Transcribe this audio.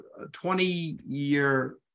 20-year